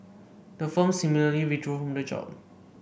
the firm similarly withdrew from the job